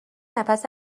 نفس